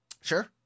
Sure